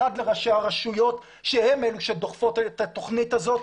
משפט אחד לראשי הרשויות שהן אלה שדוחפות את התוכנית הזאת.